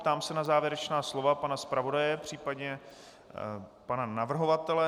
Ptám se na závěrečná slova pana zpravodaje, případně pana navrhovatele.